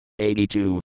82